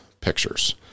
pictures